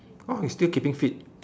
oh you still keeping fit